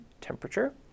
temperature